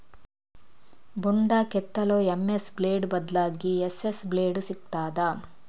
ಬೊಂಡ ಕೆತ್ತಲು MS blade ಬದ್ಲಾಗಿ ಎಸ್.ಎಸ್ ಬ್ಲೇಡ್ ಸಿಕ್ತಾದ?